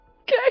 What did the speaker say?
Okay